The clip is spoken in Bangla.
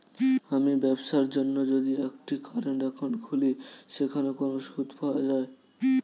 আমি ব্যবসার জন্য যদি একটি কারেন্ট একাউন্ট খুলি সেখানে কোনো সুদ পাওয়া যায়?